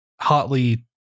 hotly